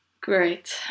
Great